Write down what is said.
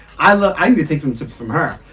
i look, i need to take some tips from her!